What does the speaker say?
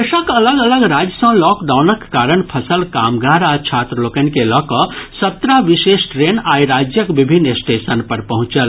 देशक अलग अलग राज्य सँ लॉकडाउनक कारण फंसल कामगार आ छात्र लोकनि के लऽ कऽ सत्रह विशेष ट्रेन आइ राज्यक विभिन्न स्टेशन पर पहुंचल